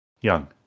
young